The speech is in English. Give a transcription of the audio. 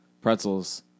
pretzels